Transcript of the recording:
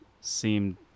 seemed